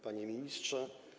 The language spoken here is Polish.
Panie Ministrze!